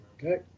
Okay